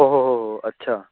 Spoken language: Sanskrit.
ओहो हो हो अच्छा